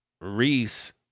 Reese